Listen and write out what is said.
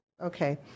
Okay